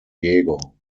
diego